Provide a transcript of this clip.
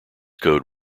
code